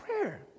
prayer